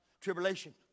Tribulation